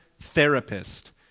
therapist